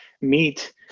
meet